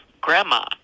grandma